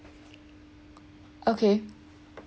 okay